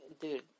dude